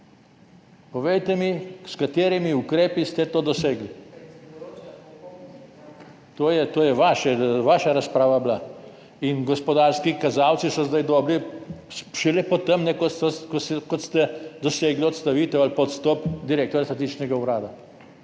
Povejte mi, s katerimi ukrepi ste to dosegli. To je bila vaša razprava. Gospodarske kazalce so zdaj dobili šele po tem, ko ste dosegli odstavitev ali pa odstop direktorja statističnega urada.